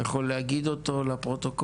אתה יכול להגיד אותו לפרוטוקול?